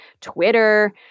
Twitter